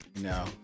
No